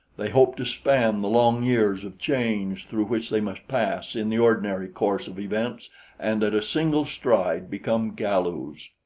they hope to span the long years of change through which they must pass in the ordinary course of events and at a single stride become galus.